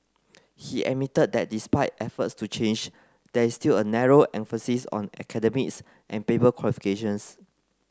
he admitted that despite efforts to change there is still a narrow emphasis on academics and paper qualifications